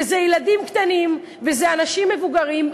וזה ילדים קטנים, וזה אנשים מבוגרים.